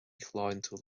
shláintiúil